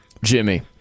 Jimmy